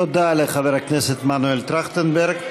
תודה לחבר הכנסת מנואל טרכטנברג.